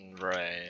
Right